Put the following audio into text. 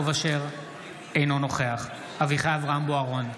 אינו נוכח אביחי אברהם בוארון,